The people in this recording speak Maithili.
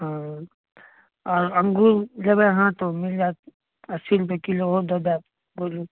हँ आओर अङ्गूर लेबै अहाँ तऽ मिल जाएत अस्सी रुपए किलो ओहो दऽ दैब बोलू